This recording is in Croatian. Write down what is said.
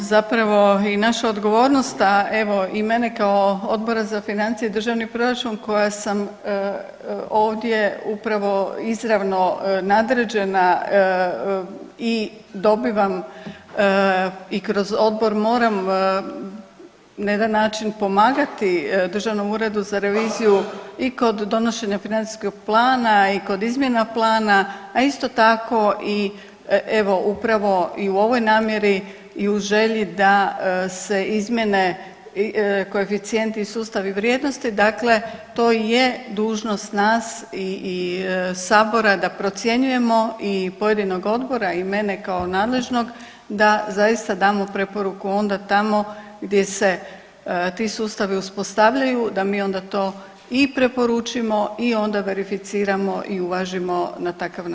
Imamo zapravo i naša odgovornost, a evo i mene kao Odbora za financije i državni proračun koja sam ovdje upravo izravno nadređena i dobivam i kroz odbor moram na jedan način pomagati državnom uredu za reviziju i kod donošenja financijskog plana i kod izmjena plana, a isto tako i evo upravo i u ovoj namjeri i u želji da se izmjene koeficijenti i sustavi vrijednosti dakle to i je dužnost nas i sabora da procjenjujemo i pojedinog odbora i mene kao nadležnog da zaista damo preporuku onda tamo gdje se ti sustavi uspostavljaju, da mi onda to i preporučimo i onda verificiramo i uvažimo na takav način.